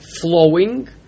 flowing